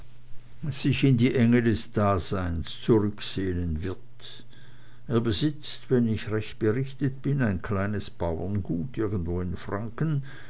sich in die enge des daseins zurücksehnen wird er besitzt wenn ich recht berichtet bin ein kleines bauerngut irgendwo in franken